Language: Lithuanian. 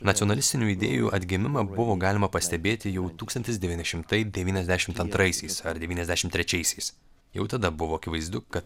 nacionalistinių idėjų atgimimą buvo galima pastebėti jau tūkstantis devyni šimtai devyniasdešimt antraisiais ar devyniasdešimt trečiaisiais jau tada buvo akivaizdu kad